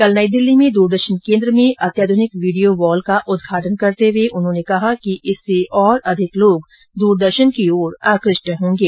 कल नई दिल्ली में दूरदर्शन केन्द्र में अत्याध्रनिक वीडियो वॉल का उदघाटन करते हुए उन्होंने कहा कि इससे और अधिक लोग द्रदर्शन की ओर आकृष्ट होंगे